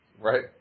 right